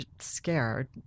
scared